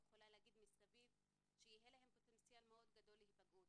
ויש להם פוטנציאל מאוד גדול להיפגעות.